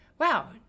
Wow